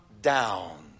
down